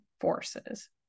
forces